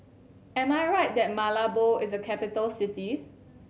am I right that Malabo is a capital city